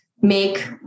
make